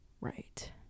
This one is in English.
Right